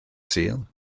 sul